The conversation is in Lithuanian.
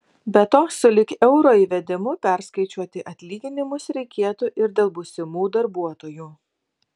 be to sulig euro įvedimu perskaičiuoti atlyginimus reikėtų ir dėl būsimų darbuotojų